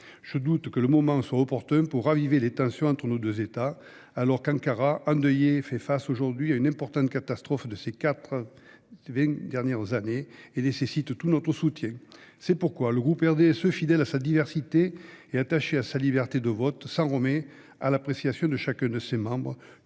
je doute que le moment soit opportun pour raviver les tensions entre nos deux États, alors qu'Ankara, endeuillée, fait face aujourd'hui à la plus importante catastrophe de ces quatre-vingts dernières années, laquelle nécessite tout notre soutien. C'est pourquoi le groupe RDSE, fidèle à sa diversité et attaché à la liberté de vote, s'en remet à l'appréciation de chacun de ses membres.